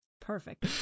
Perfect